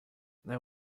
there